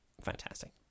fantastic